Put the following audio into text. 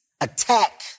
attack